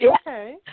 okay